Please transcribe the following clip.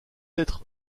être